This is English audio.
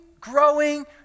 growing